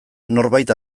norbait